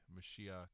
Mashiach